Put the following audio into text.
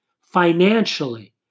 financially